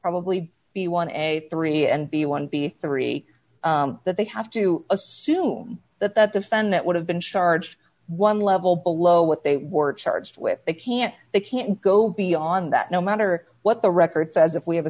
probably the one a three and b one b three that they have to assume that that defendant would have been charged one level below what they were charged with they can't they can't go beyond that no matter what the record says if we have a